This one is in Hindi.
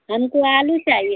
हमको आलू चाहिए